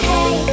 Hey